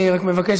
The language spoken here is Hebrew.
אני רק מבקש,